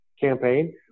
campaign